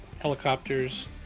helicopters